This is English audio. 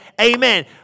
amen